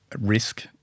risk